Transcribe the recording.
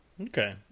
Okay